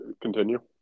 continue